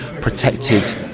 protected